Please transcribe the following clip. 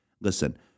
Listen